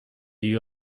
you